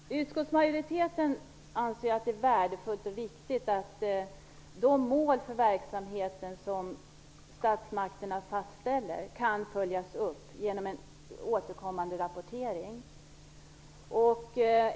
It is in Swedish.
Fru talman! Utskottsmajoriteten anser att det är värdefullt och viktigt att de mål för verksamheten som statsmakterna fastställer kan följas upp genom en återkommande rapportering.